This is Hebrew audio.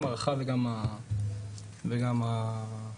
גם הרחב וגם האינטימי.